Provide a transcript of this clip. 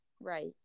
Right